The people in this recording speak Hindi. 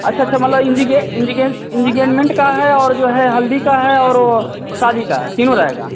अच्छा अच्छा मतलब इंजीगे इंजीगेन इंजीगेनमेंट का है और जो है हल्दी का है और वह शादी का है तीनों रहेगा